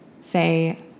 say